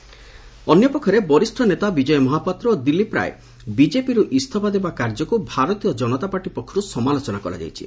ବିଜେପିର ସମାଲୋଚନା ଅନ୍ୟପକ୍ଷରେ ବରିଷ୍ ନେତା ବିଜୟ ମହାପାତ୍ର ଓ ଦିଲୀପ ରାୟ ବିଜେପିରୁ ଇସ୍ତଫା ଦେବା କାର୍ଯ୍ୟକୁ ଭାରତୀୟ ଜନତା ପାର୍ଟି ପକ୍ଷରୁ ସମାଲୋଚନା କରାଯାଇଛି